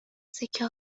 سکه